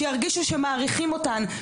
שירגישו שמעריכים אותן,